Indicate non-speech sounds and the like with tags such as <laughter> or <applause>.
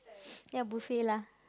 <noise> ya buffet lah